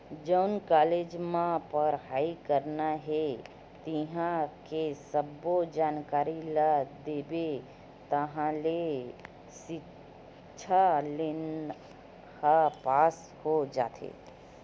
जउन कॉलेज म पड़हई करना हे तिंहा के सब्बो जानकारी ल देबे ताहाँले सिक्छा लोन ह पास हो जाथे